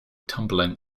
tumbling